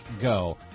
Go